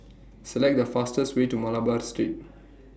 Select The fastest Way to Malabar Street